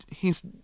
hes